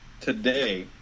today